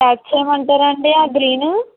pack చెయ్యమంటారా అండి ఆ గ్రీను